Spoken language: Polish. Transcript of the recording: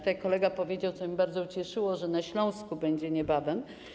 Tutaj kolega powiedział, co mnie bardzo ucieszyło, że na Śląsku będzie to niebawem.